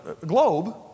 globe